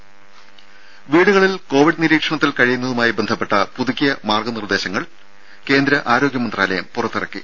രംഭ വീടുകളിൽ കൊവിഡ് നിരീക്ഷണത്തിൽ കഴിയുന്നതുമായി ബന്ധപ്പെട്ട പുതുക്കിയ മാർഗനിർദേശങ്ങൾ കേന്ദ്ര ആരോഗ്യമന്ത്രാലയം പുറത്തിറക്കി